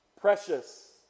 Precious